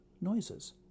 noises